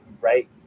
right